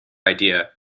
idea